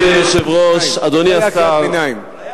זה היה קריאת ביניים,